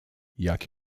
jak